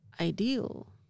ideal